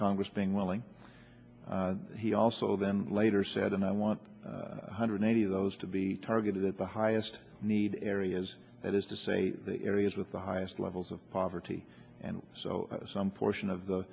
congress being willing he also then later said and i want one hundred eighty of those to be targeted at the highest need areas that is to say the areas with the highest levels of poverty and so some portion of the